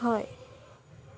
हय